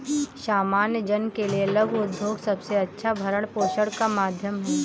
सामान्य जन के लिये लघु उद्योग सबसे अच्छा भरण पोषण का माध्यम है